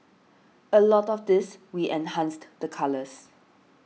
a lot of this we enhanced the colours